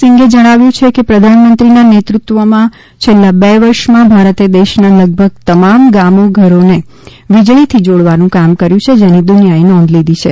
સિંઘે જણાવ્યુ છે કે પ્રધાનમંત્રીના નેતૃત્વમાં છેલ્લા બે વર્ષમાં ભારતે દેશના લગભગ તમામ ગામો ઘરોને વીજળીથી જોડવાનું કામ કર્યુ છે જેની દુનિયાએ નોંધ લીધી છે